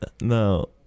No